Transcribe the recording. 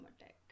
attack